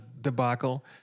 debacle